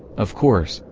of course,